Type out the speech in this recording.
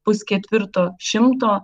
pusketvirto šimto